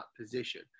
position